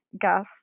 gas